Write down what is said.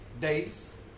days